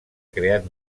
creat